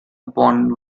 upon